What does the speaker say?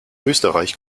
österreich